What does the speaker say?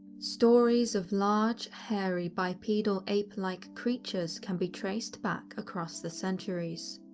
stories of large, hairy, bipedal ape-like creatures can be traced back across the centuries.